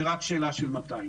זאת רק שאלה של מתי.